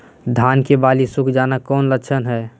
धान की बाली सुख जाना कौन लक्षण हैं?